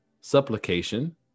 Supplication